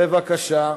בבקשה.